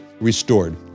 restored